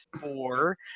four